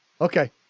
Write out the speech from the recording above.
Okay